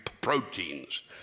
proteins